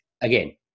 again